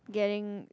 getting